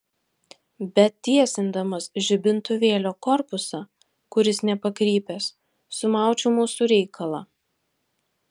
bet tiesindamas žibintuvėlio korpusą kuris nepakrypęs sumaučiau mūsų reikalą